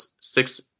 six